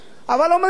אבל אומרים: לא.